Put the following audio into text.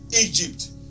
Egypt